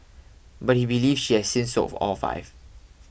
but he believes she has since sold all five